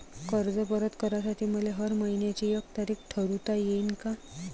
कर्ज परत करासाठी मले हर मइन्याची एक तारीख ठरुता येईन का?